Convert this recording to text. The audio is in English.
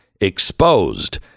Exposed